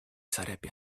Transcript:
sarebbe